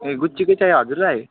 ए गुच्चीको चाहियो हजुरलाई